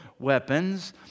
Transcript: Weapons